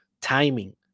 Timing